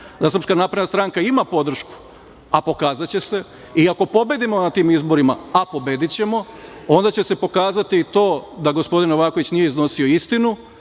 se pokaže pak da SNS ima podršku, a pokazaće se i ako pobedimo na tim izborima, a pobedićemo, onda će se pokazati i to da gospodin Novaković nije iznosio istinu